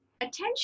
attention